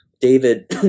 David